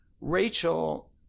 rachel